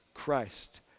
Christ